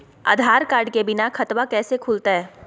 आधार card के बिना खाताबा कैसे खुल तय?